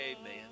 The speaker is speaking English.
Amen